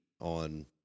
on